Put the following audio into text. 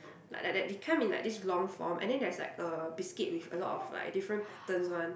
like like like they come in like this long form and then there's like a biscuit with a lot of like different patterns one